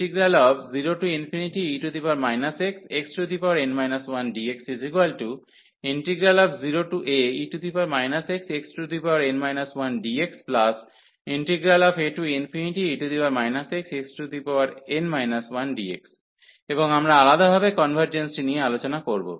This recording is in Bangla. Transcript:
সুতরাং এই ক্ষেত্রে 0e xxn 1dx0ae xxn 1dxae xxn 1dx এবং আমরা আলাদাভাবে কনভার্জেন্সটি নিয়ে আলোচনা করব